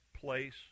place